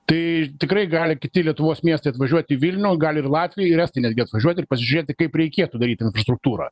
tai tikrai gali kiti lietuvos miestai atvažiuot į vilnių gali ir latviai ir estai netgi atvažiuoti ir pasižiūrėti kaip reikėtų daryti infrastruktūrą